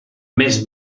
més